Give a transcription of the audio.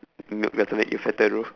milk doesn't make you fatter though